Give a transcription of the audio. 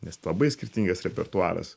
nes labai skirtingas repertuaras